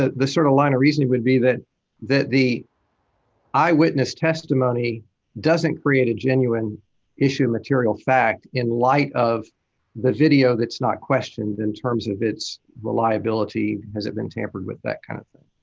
ah the sort of line of reasoning would be that that the eyewitness testimony doesn't create a genuine issue of material fact in light of the video that's not questioned in terms of its reliability, has it been tampered with, that kind of thing.